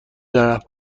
دارم